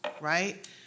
right